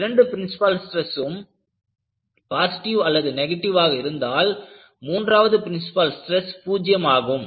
ஒருவேளை இரண்டு பிரின்சிபால் ஸ்ட்ரெஸ்ஸும் பாசிட்டிவ் அல்லது நெகட்டிவ் ஆக இருந்தால் மூன்றாவது பிரின்சிபால் ஸ்ட்ரெஸ் பூஜ்யம் ஆகும்